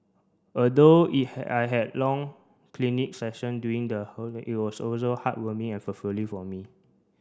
although I have long clinic session during it was also heartwarming and fulfilling for me